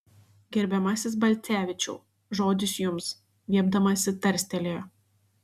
gerbiamasis balcevičiau žodis jums viepdamasi tarstelėjo